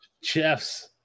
Chefs